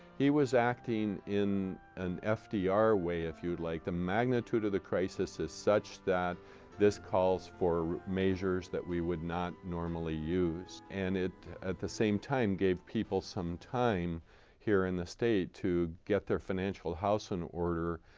he was acting in an fdr way, if you'd like. the magnitude of the crisis is such that this calls for measures that we would not normally use. and it at the same time gave people some time here in the state to get their financial house in order.